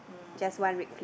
mm